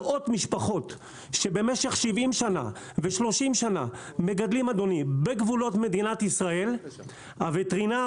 מאות משפחות שבמשך 70 שנה ו-30 שנה מגדלים בגבולות מדינת ישראל; הווטרינר